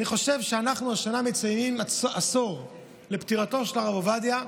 אני חושב שאנחנו השנה מציינים עשור לפטירתו של הרב עובדיה,